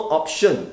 option